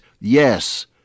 yes